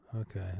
Okay